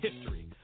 history